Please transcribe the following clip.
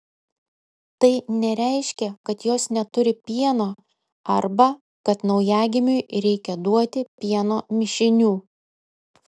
tai nereiškia kad jos neturi pieno arba kad naujagimiui reikia duoti pieno mišinių